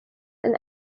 and